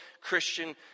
Christian